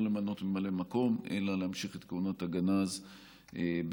למנות ממלא מקום אלא להמשיך את כהונת הגנז בתפקידו,